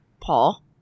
Paul